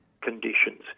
conditions